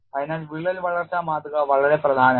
അതിനാൽ വിള്ളൽ വളർച്ചാ മാതൃക വളരെ പ്രധാനമാണ്